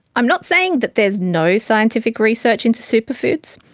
i'm not saying that there's no scientific research into superfoods,